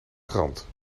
krant